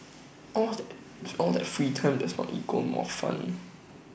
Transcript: all that all that free time does not equal more fun